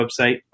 website